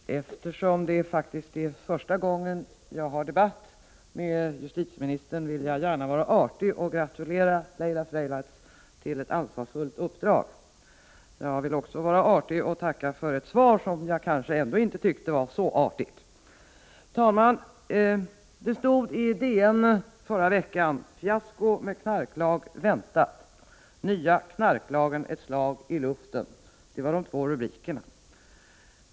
Herr talman! Eftersom det faktiskt är första gången jag har debatt med justitieministern, vill jag gärna vara artig och gratulera Laila Freivalds till ett ansvarsfullt uppdrag. Jag vill också vara artig och tacka för ett svar som jag kanske ändå inte tyckte var så artigt. Det stod i Dagens Nyheter förra veckan ”Fiasko med knarklag väntat”, ”Nya knarklagen ett slag i luften” — det var de två rubrikerna.